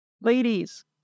Ladies